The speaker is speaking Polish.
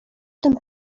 tym